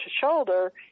shoulder